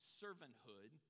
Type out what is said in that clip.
servanthood